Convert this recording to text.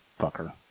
Fucker